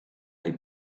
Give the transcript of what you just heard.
jej